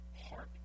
heart